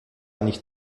nicht